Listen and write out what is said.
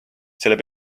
selle